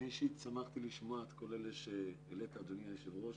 אני אישית שמחתי לשמוע את הנציגים שהעלית אדוני היושב ראש.